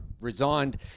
resigned